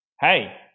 Hey